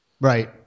Right